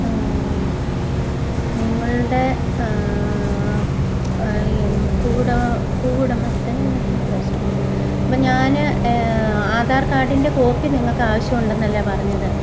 നിങ്ങളുടെ ഭൂ ഉട ഭൂ ഉടമസ്ഥൻ അപ്പോൾ ഞാന് ആധാർ കാർഡിൻ്റെ കോപ്പി നിങ്ങൾക്കാവശ്യമുണ്ടെന്നല്ലേ പറഞ്ഞത്